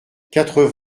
quatre